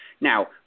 Now